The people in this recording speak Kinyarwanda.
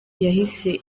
yahise